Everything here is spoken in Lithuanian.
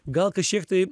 gal kažkiek tai